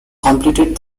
completed